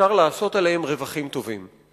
אפשר לעשות רווחים גדולים על הייבוא שלהם ועליהם עצמם.